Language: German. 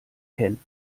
ken